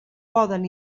poden